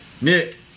Nick